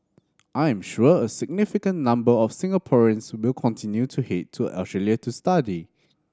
I am sure a significant number of Singaporeans will continue to head to Australia to study